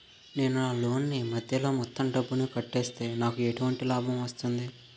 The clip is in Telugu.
నేను నా లోన్ నీ మధ్యలో మొత్తం డబ్బును కట్టేస్తే నాకు ఎటువంటి లాభం వస్తుంది?